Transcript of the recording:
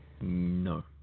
No